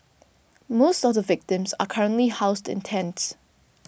most of the victims are currently housed in tents